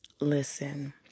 Listen